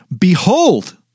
behold